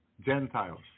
Gentiles